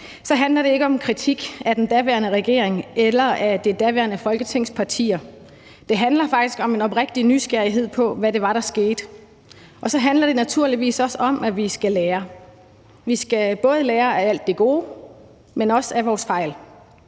handler det ikke om kritik af den daværende regering eller af de daværende folketingspartier; det handler faktisk om en oprigtig nysgerrighed på, hvad det var, der skete. Og så handler det naturligvis også om, at vi skal lære. Vi skal både lære af alt det gode, men også af vores fejl.